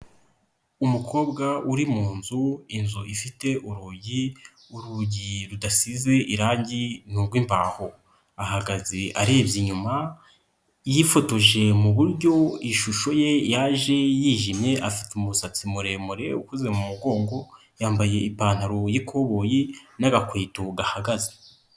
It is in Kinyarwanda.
Umukobwa uri mu nzu, inzu ifite urugi, urugi rudasize irangi n'urw'imbaho, ahagaze arebye inyuma yifotoje mu buryo ishusho ye yaje yijimye afite umusatsi muremure ukoze mu mugongo, yambaye ipantaro y'ikoboyi n'agakweto gahagaze.